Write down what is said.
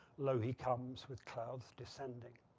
lo! he comes with clouds descending.